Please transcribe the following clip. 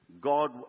God